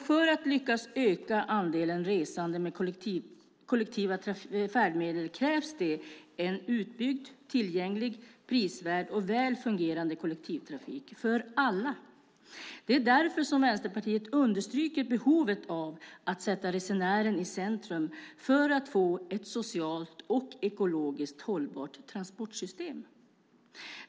För att lyckas öka andelen resande med kollektiva färdmedel krävs det en utbyggd, tillgänglig, prisvärd och väl fungerande kollektivtrafik för alla. Det är därför som Vänsterpartiet understryker behovet av att sätta resenären i centrum, för att man ska få ett socialt och ekologiskt hållbart transportsystem.